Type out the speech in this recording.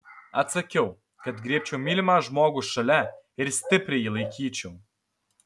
atsakiau kad griebčiau mylimą žmogų šalia ir stipriai jį laikyčiau